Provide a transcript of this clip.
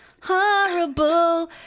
horrible